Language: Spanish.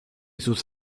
sus